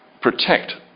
protect